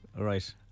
Right